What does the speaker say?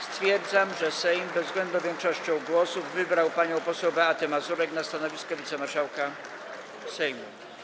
Stwierdzam, że Sejm bezwzględną większością głosów wybrał panią poseł Beatę Mazurek na stanowisko wicemarszałka Sejmu.